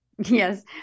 Yes